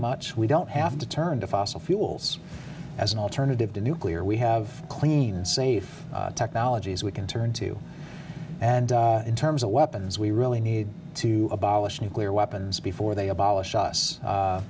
much we don't have to turn to fossil fuels as an alternative to nuclear we have clean safe technologies we can turn to and in terms of weapons we really need to abolish nuclear weapons before they abolish us